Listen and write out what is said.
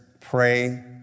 pray